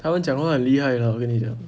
他们讲话很厉害的 hor 我跟你讲